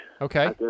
Okay